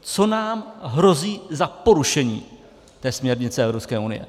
Co nám hrozí za porušení té směrnice Evropské unie?